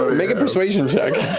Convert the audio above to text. make a persuasion check.